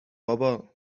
بابا